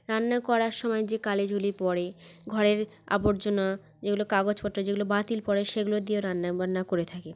রান্না করার সময় যে কালি ঝুলি পড়ে ঘরের আবর্জনা যেগুলো কাগজপত্র যেগুলো বাতিল পড়ে সেগুলো দিয়েও রান্না বান্না করে থাকে